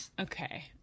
Okay